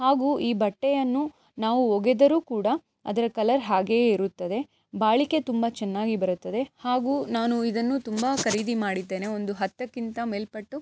ಹಾಗೂ ಈ ಬಟ್ಟೆಯನ್ನು ನಾವು ಒಗೆದರೂ ಕೂಡ ಅದರ ಕಲರ್ ಹಾಗೆಯೇ ಇರುತ್ತದೆ ಬಾಳಿಕೆ ತುಂಬ ಚೆನ್ನಾಗಿ ಬರುತ್ತದೆ ಹಾಗೂ ನಾನು ಇದನ್ನು ತುಂಬ ಖರೀದಿ ಮಾಡಿದ್ದೇನೆ ಒಂದು ಹತ್ತಕ್ಕಿಂತ ಮೇಲ್ಪಟ್ಟು